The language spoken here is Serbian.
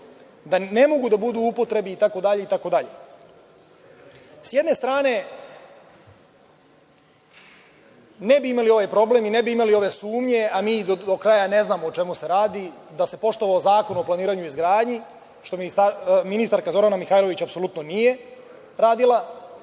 da ne mogu da budu u upotrebi itd.S jedne strane, ne bi imali ovaj problem i ne bi imali ove sumnje, a mi do kraja ne znamo o čemu se radi, da se poštovao Zakon o planiranju i izgradnji, što ministarka Zorana Mihajlović apsolutno nije radila